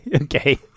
Okay